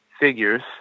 figures